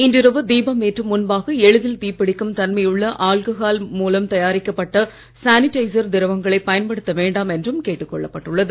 இன்று இரவு தீபம் ஏற்றும் முன்பாக எளிதில் தீப்பிடிக்கும் தன்மையுள்ள ஆல்கஹால் மூலம் தயாரிக்கப்பட்ட சானிடைசர் திரவங்களை பயன்படுத்த வேண்டாம் என்றும் கேட்டுக் கொள்ளப் பட்டுள்ளது